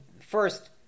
first